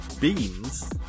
Beans